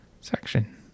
section